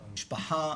המשפחה,